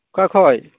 ᱚᱠᱟ ᱠᱷᱚᱡ